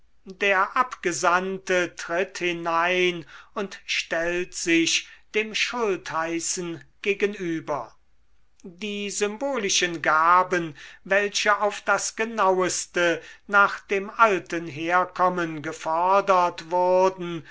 der abgesandte tritt hinein und stellt sich dem schultheißen gegenüber die symbolischen gaben welche auf das genauste nach dem alten herkommen gefordert wurden